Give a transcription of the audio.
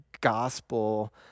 gospel